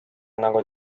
nagu